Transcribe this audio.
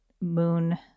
moon